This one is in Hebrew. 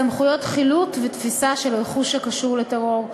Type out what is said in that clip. סמכויות חילוט ותפיסה של רכוש הקשור לטרור,